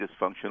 dysfunctional